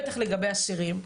בטח לגבי אסירים,